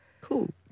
cool